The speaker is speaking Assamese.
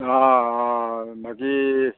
অঁ অঁ বাকী